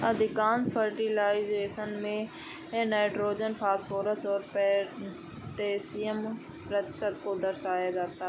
अधिकांश फर्टिलाइजर में nitrogen, phosphorus और पौटेशियम के प्रतिशत को दर्शाया जाता है